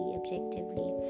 objectively